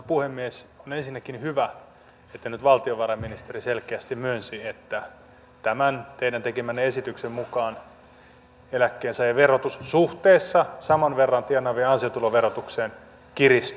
on ensinnäkin hyvä että nyt valtiovarainministeri selkeästi myönsi että tämän teidän tekemänne esityksen mukaan eläkkeensaajien verotus suhteessa saman verran tienaavien ansiotuloverotukseen kiristyy